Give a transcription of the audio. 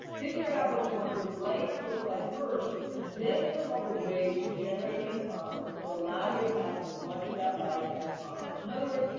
figure out what you want your life to look like first then come up with ways to generate income that's gonna allow you to have as much of that life as possible. in other words,